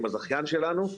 עם הזכיין שלנו,